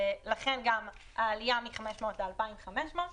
לכן גם העלייה מ-500 ל-2,500.